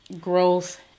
growth